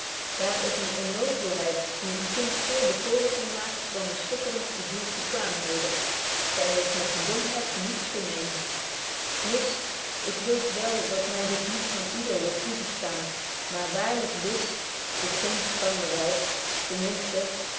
daar is eene onnozelheid die een kind veel bekoorlyker maakt dan de schitterendste zielsbekwaamheden zy heeft met de domheid niets gemeen list ik weet wél dat my dit niet van yder wordt toegestaan maar waarlyk list is geen schranderheid ten minsten